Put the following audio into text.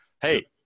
Hey